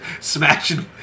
smashing